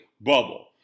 bubble